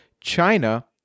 China